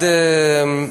מה?